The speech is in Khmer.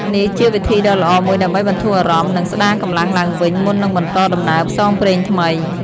នេះជាវិធីដ៏ល្អមួយដើម្បីបន្ធូរអារម្មណ៍ និងស្ដារកម្លាំងឡើងវិញមុននឹងបន្តដំណើរផ្សងព្រេងថ្មី។